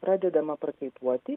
pradedama prakaituoti